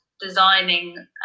designing